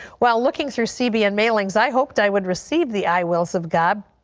while looking through cbn mailings, i hope i would receive the i wills of god,